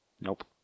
Nope